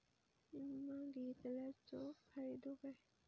विमा घेतल्याचो फाईदो काय?